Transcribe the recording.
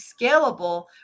scalable